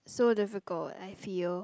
so difficult I feel